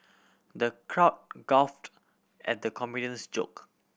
the crowd guffawed at the comedian's joke